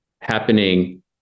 happening